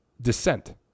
descent